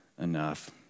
enough